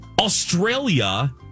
Australia